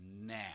now